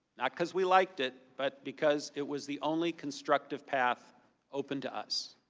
not because we liked it but because it was the only constructive path open to us.